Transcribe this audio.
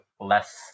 less